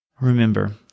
Remember